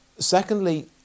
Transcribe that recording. Secondly